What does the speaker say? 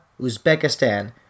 uzbekistan